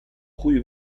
cui